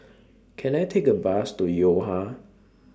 Can I Take A Bus to Yo Ha